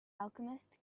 alchemist